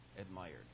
admired